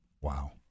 Wow